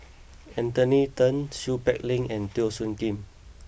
Anthony Then Seow Peck Leng and Teo Soon Kim